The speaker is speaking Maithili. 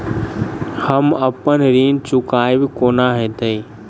हम अप्पन ऋण चुकाइब कोना हैतय?